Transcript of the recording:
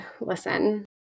Listen